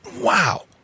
wow